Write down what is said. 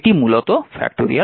এটি মূলত 10